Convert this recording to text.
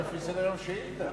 לא, לפי סדר-היום: שאילתא.